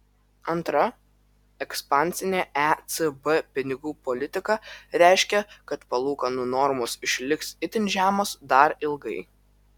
antra ekspansinė ecb pinigų politika reiškia kad palūkanų normos išliks itin žemos dar ilgai